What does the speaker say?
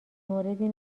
موردی